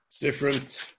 different